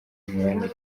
imibanire